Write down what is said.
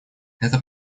эта